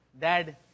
Dad